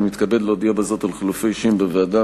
אני מתכבד להודיע בזאת על חילופי אישים בוועדה,